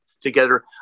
together